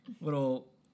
Little